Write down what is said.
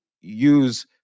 use